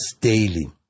daily